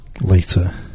later